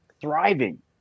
thriving